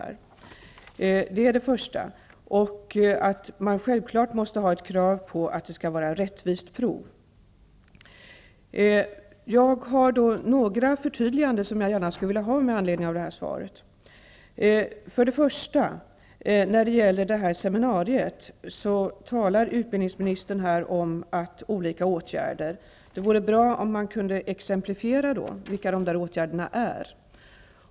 Vi är också överens om att det skall ställas krav på att provet skall vara rättvist. Jag skulle gärna vilja ha några förtydliganden med anledning av detta svar. Beträffande detta seminarium talar utbildningsministern om olika åtgärder, och det vore bra om han kunde exemplifiera vilka dessa åtgärder är.